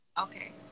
Okay